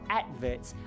adverts